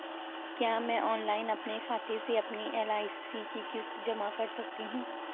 क्या मैं ऑनलाइन अपने खाते से अपनी एल.आई.सी की किश्त जमा कर सकती हूँ?